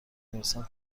میرسم